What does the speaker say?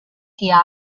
their